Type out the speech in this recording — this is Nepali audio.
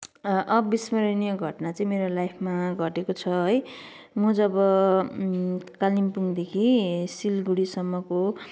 अविस्मरणीय घटना चाहिँ मेरो लाइफमा घटेको छ है म जब कालिम्पोङदेखि सिलगढीसम्मको